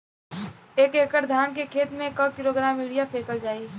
एक एकड़ धान के खेत में क किलोग्राम यूरिया फैकल जाई?